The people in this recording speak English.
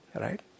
right